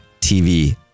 TV